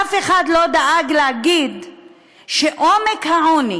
אף אחד לא דאג להגיד שעומק העוני